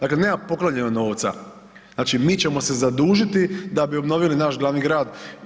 Dakle nema poklonjenog novca, znači mi ćemo se zadužiti da bi obnovili naš glavni grad.